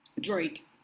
Drake